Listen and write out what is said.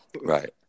Right